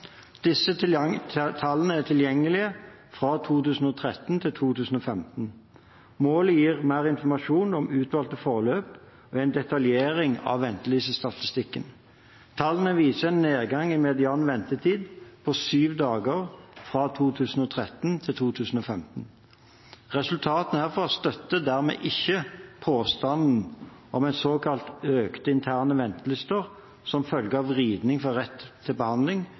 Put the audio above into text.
Disse tallene er tilgjengelige fra 2013 til 2015. Målet gir mer informasjon om utvalgte forløp og er en detaljering av ventelistestatistikken. Tallene viser en nedgang i median ventetid på syv dager fra 2013 til 2015. Resultatene herfra støtter dermed ikke påstanden om såkalte økte interne ventelister som følge av vridning fra rett til behandling